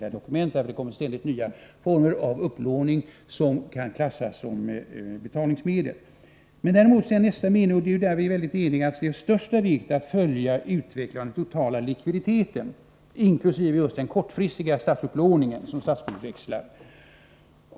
Det kommer ju inte hela tiden nya former av upplåning som inte kan klassas som betalningsmedel. Finansministern säger vidare — och där är vi helt eniga — att det är av största vikt att följa utvecklingen av den totala likviditeten inkl. kortfristiga statsupplåningsinstrument som statsskuldsväxlar.